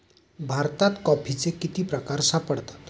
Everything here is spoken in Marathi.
भारतात कॉफीचे किती प्रकार सापडतात?